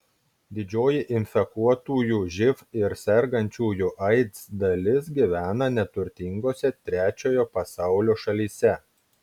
didžioji infekuotųjų živ ir sergančiųjų aids dalis gyvena neturtingose trečiojo pasaulio šalyse